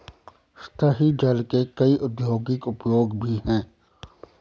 सतही जल के कई औद्योगिक उपयोग भी हैं